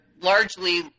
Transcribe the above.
largely